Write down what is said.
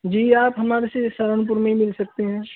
جی آپ ہمارے سے سہارنپور میں ہی مل سکتے ہیں